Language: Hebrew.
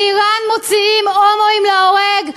באיראן מוציאים הומואים להורג,